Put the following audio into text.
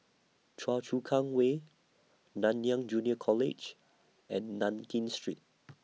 Choa Chu Kang Way Nanyang Junior College and Nankin Street